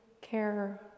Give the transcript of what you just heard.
care